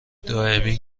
دائمی